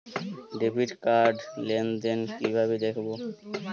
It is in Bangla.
ডেবিট কার্ড র লেনদেন কিভাবে দেখবো?